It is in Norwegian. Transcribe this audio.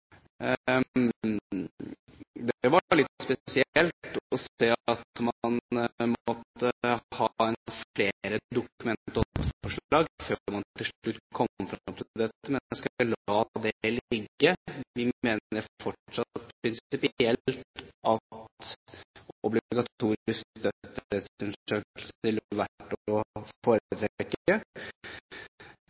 Storbritannia. Det var litt spesielt å se at man måtte ha flere Dokument 8-forslag før man til slutt kom frem til dette, men jeg skal la det ligge. Vi mener fortsatt prinsipielt at obligatorisk dødsstedsundersøkelse ville vært å foretrekke.